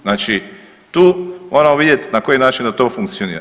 Znači tu moramo vidjeti na koji način da to funkcionira.